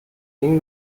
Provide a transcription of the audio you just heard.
ding